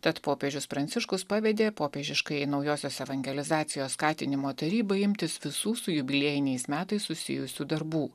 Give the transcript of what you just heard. tad popiežius pranciškus pavedė popiežiškajai naujosios evangelizacijos skatinimo tarybai imtis visų su jubiliejiniais metais susijusių darbų